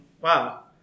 Wow